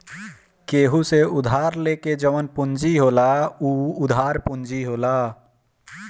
केहू से उधार लेके जवन पूंजी होला उ उधार पूंजी होला